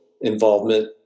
involvement